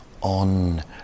on